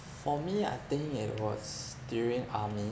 for me I think it was during army